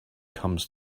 comes